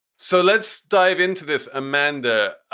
so let's dive into this. amanda,